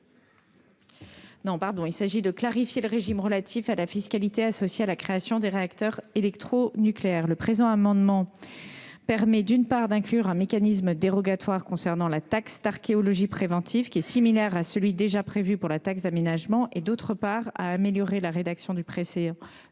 ministre. Il s'agit de clarifier le régime de fiscalité associé à la création des réacteurs électronucléaires. L'adoption de cet amendement permettra, d'une part, d'inclure un mécanisme dérogatoire concernant la taxe d'archéologie préventive similaire à celui qui est déjà prévu pour la taxe d'aménagement, d'autre part, d'améliorer la rédaction de